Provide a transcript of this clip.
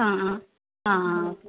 ആ ആ ആ ആ